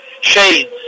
shades